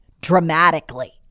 dramatically